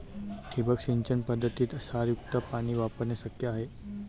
ठिबक सिंचन पद्धतीत क्षारयुक्त पाणी वापरणे शक्य आहे